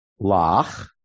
lach